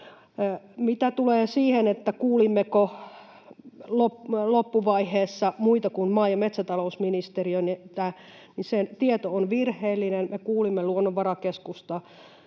Mitä tulee siihen, kuulimmeko loppuvaiheessa muita kuin maa- ja metsätalousministeriötä, niin se tieto on virheellinen. Me kuulimme Luonnonvarakeskusta